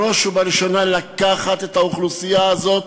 בראש ובראשונה לקחת את האוכלוסייה הזו,